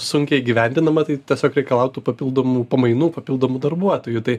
sunkiai įgyvendinama tai tiesiog reikalautų papildomų pamainų papildomų darbuotojų tai